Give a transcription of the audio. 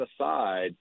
aside